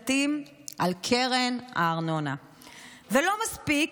הביטחוני: על העיר אשקלון שלא מספיק